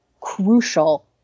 crucial